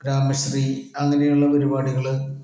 ഗ്രാമശ്രീ അങ്ങനെയുള്ള പരിപാടികള്